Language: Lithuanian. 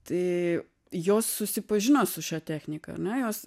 tai jos susipažino su šia technika ane jos